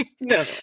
No